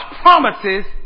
promises